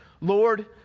Lord